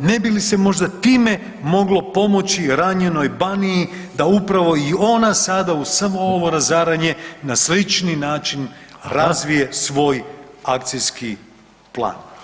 ne bi li se možda time moglo pomoći ranjenoj Baniji da upravo i ona sada uz samo ovo razaranje, na slični način razvije svoj akcijski plan.